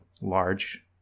large